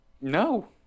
No